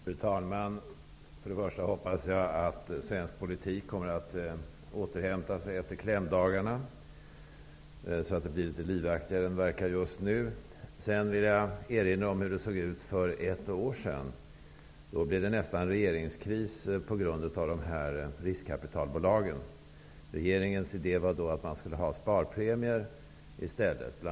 Fru talman! Till att börja med hoppas jag att svensk politik kommer att återhämta sig efter klämdagarna, så att det blir litet livaktigare än det verkar just nu. Jag vill också erinra om hur det såg ut för ett år sedan. Då blev det nästan regeringskris på grund av de här riskkapitalbolagen. Regeringens idé var då att man bl.a. skulle ha sparpremier i stället.